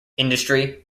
industry